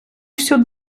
всю